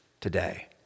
today